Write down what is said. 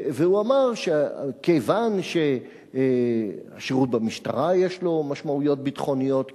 והוא אמר שכיוון ששירות במשטרה יש לו משמעויות ביטחוניות כבדות,